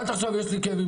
עד עכשיו יש לי כאבים,